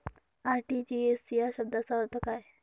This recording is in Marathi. आर.टी.जी.एस या शब्दाचा अर्थ काय?